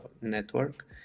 network